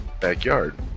backyard